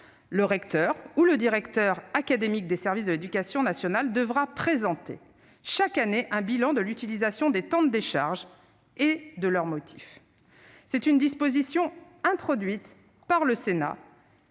le recteur, ou le directeur académique des services de l'éducation nationale, devra présenter chaque année un bilan de l'utilisation des décharges et de leurs motifs- nous avons tenu à ce que cette disposition introduite par le Sénat